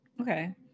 Okay